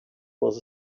was